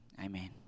Amen